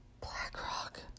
BlackRock